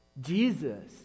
Jesus